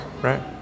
right